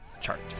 chart